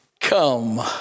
come